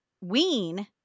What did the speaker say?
wean